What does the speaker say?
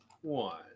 one